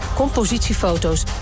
compositiefoto's